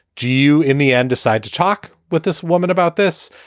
do you in the end decide to talk with this woman about this?